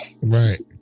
right